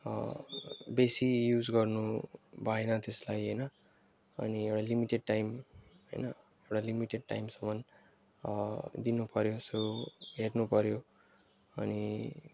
बेसी युज गर्नु भएन त्यसलाई होइन अनि एउटा लिमिटेड टाइम होइन एउटा लिमिटेड टाइमसम्म दिनु पऱ्यो सो हेर्नु पऱ्यो अनि